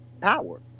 power